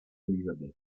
élisabeth